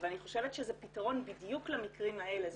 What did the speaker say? ואני חושבת שזה פתרון בדיוק למקרים האלה.